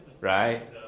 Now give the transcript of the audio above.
Right